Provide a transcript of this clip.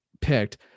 picked